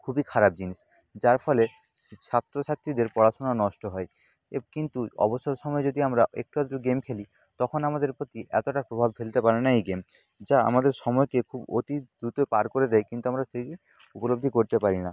খুবই খারাপ জিনিস যার ফলে ছাত্র ছাত্রীদের পড়াশোনা নষ্ট হয় এ কিন্তু অবসর সময় যদি আমরা একটু আধটু গেম খেলি তখন আমাদের প্রতি এতটা প্রভাব ফেলতে পারে না এই গেম যা আমাদের সময়কে খুব অতি দ্রুত পার করে দেয় কিন্তু আমরা সেই উপলব্ধি করতে পারি না